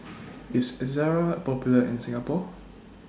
IS Ezerra Popular in Singapore